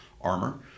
armor